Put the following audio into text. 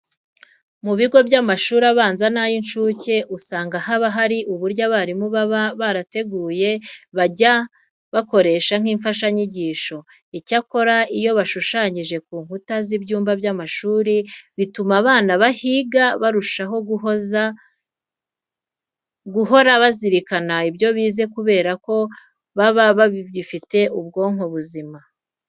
Mu bigo by'amashuri abanza n'ay'incuke usanga haba hari uburyo abarimu baba barateguye bazajya bakoresha nk'imfashanyigisho. Icyakora iyo bashushanyije ku nkuta z'ibyumba by'amashuri bituma abana bahiga barushaho guhora bazirikana ibyo bize kubera ko bo baba bagifite ubwonko buzima.